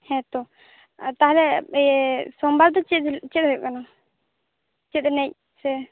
ᱦᱮᱛᱚ ᱛᱟᱦᱚᱞᱮ ᱤᱭᱟᱹ ᱥᱳᱢ ᱵᱟᱨ ᱫᱚ ᱪᱮᱫ ᱦᱩᱭᱩᱜ ᱠᱟᱱᱟ ᱪᱮᱫ ᱮᱱᱮᱡ ᱥᱮ